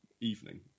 evening